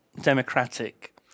democratic